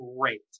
great